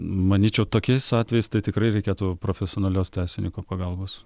manyčiau tokiais atvejais tai tikrai reikėtų profesionalios teisininko pagalbos